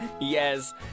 Yes